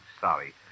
sorry